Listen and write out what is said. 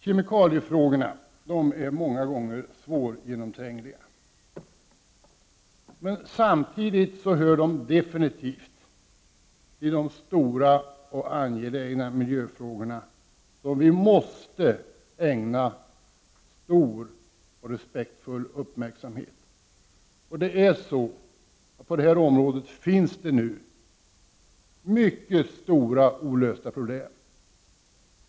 Kemikaliefrågorna är många gånger svårgenomträngliga, men samtidigt hör de till de stora och angelägna miljöfrågor som vi måste ägna stor och respektfull uppmärksamhet. På detta område finns många stora olösta problem.